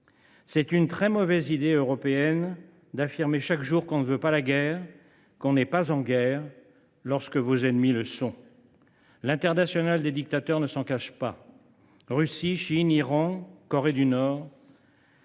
Voilà une très mauvaise idée européenne que d’affirmer chaque jour que l’on ne veut pas la guerre, que l’on n’est pas en guerre, lorsque nos ennemis le sont. L’internationale des dictateurs ne s’en cache pas : Russie, Chine, Iran, Corée du Nord